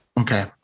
Okay